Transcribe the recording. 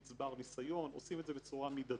נצבר ניסיון, עושים את זה בצורה מידתית.